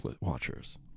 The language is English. watchers